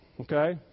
okay